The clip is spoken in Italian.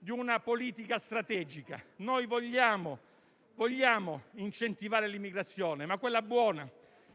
di una politica strategica, vogliamo incentivare l'immigrazione, ma quella buona,